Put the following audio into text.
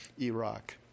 Iraq